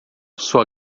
sua